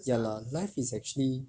ya lah life is actually